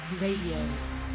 Radio